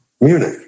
Munich